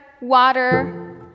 water